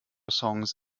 songs